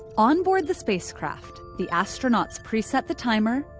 onboard the spacecraft, the astronauts preset the timer,